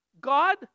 God